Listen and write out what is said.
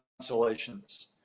consolations